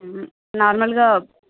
నార్మల్గా